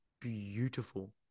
beautiful